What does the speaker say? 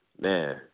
man